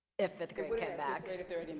if fifth grade came back